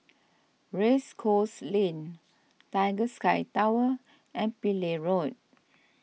Race Course Lane Tiger Sky Tower and Pillai Road